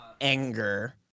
anger